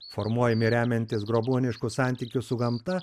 formuojami remiantis grobuonišku santykiu su gamta